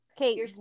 Okay